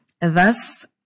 Thus